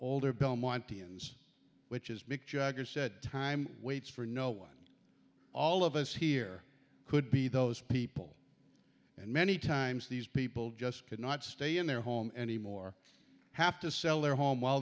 older belmonte ns which is big judge said time waits for no one all of us here could be those people and many times these people just could not stay in their home any more have to sell their home while